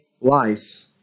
life